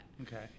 Okay